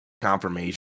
confirmation